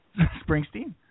Springsteen